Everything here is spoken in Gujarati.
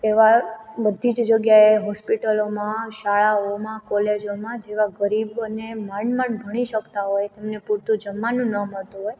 એવા બધી જ જગ્યાએ હોસ્પિટલોમાં શાળાઓમાં કોલેજોમાં જેવા ગરીબોને માંડમાંડ ભણી શકતા હોય તેમને પૂરતું જમવાનું ન મળતું હોય